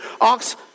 ox